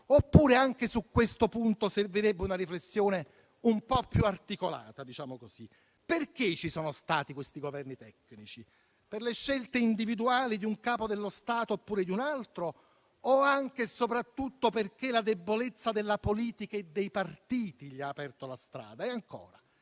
Oppure anche su questo punto servirebbe una riflessione un po' più articolata? Perché ci sono stati questi Governi tecnici? Per le scelte individuali di un Capo dello Stato oppure di un altro o anche e soprattutto perché la debolezza della politica e dei partiti ha aperto loro la strada? E ancora,